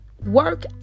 work